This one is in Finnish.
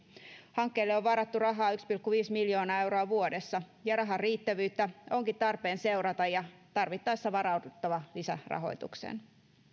hankkeelle on varattu rahaa yksi pilkku viisi miljoonaa euroa vuodessa ja rahan riittävyyttä onkin tarpeen seurata ja tarvittaessa varauduttava lisärahoitukseen